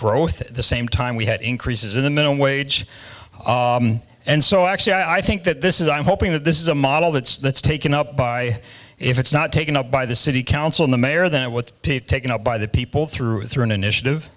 growth at the same time we had increases in the minimum wage and so actually i think that this is i'm hoping that this is a model that's that's taken up by if it's not taken up by the city council the mayor than what pete taken up by the people through their own initiative